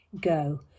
go